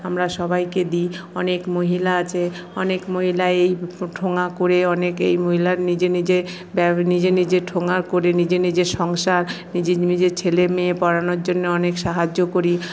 আমরা সবাইকে দিই অনেক মহিলা আছে অনেক মহিলা এই ঠোঙা করে অনেকেই মহিলা নিজে নিজে নিজের নিজের ঠোঙা করে নিজে নিজে সংসার নিজের নিজের ছেলেমেয়ে পড়ানোর জন্য অনেক সাহায্য করি